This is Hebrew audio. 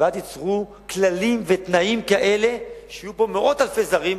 ואל תיצרו כללים ותנאים כאלה שיהיו פה מאות אלפי זרים.